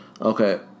okay